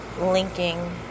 linking